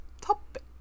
topic